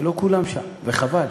שלא כולם שם, וחבל.